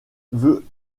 veut